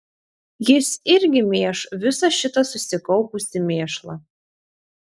jis irgi mėš visą šitą susikaupusį mėšlą